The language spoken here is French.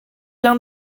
l’un